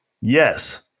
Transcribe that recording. Yes